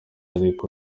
ariko